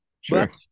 Sure